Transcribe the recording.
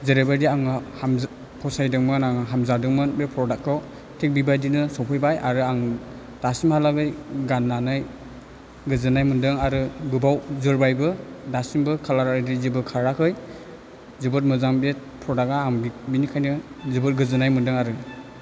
जेरै बाइदि आङो हाम फसाइदोंमोन आं हामजादोंमोन बे प्रडाक्टखौ थिक बेबाइदिनो सफैबाइ आरो आं दासिमहालागै गाननानै गोजोन्नाइ मोनदों आरो गोबाव जोरबाइबो दासिमबो कालार आरि जेबो खाराखै जोबोर मोजां बे प्रडाक्टआ आं बि बिनिखाइनो जोबोर गोजोन्नाइ मोन्दों आरो